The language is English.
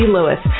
Lewis